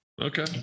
Okay